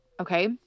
okay